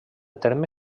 terme